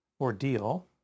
ordeal